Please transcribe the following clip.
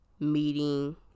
Meeting